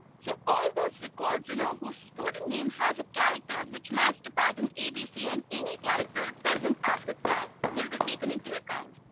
so all those records, you know whose student name has a characters which match the pattern abc and any character present after that will be taken into account.